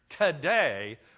today